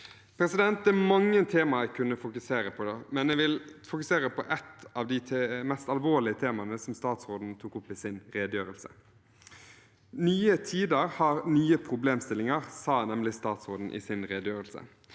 april 2024) Det er mange temaer jeg kunne fokusere på, men jeg vil velge et av de mest alvorlige temaene som statsråden tok opp i sin redegjørelse. «Nye tider har nye problemstillinger», sa nemlig statsråden i sin redegjørelse.